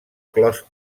clos